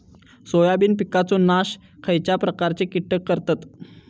Soybean पिकांचो नाश खयच्या प्रकारचे कीटक करतत?